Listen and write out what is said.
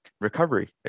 recovery